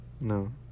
No